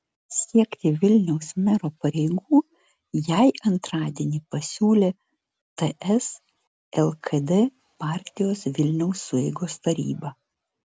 siekti vilniaus mero pareigų jai antradienį pasiūlė ts lkd partijos vilniaus sueigos taryba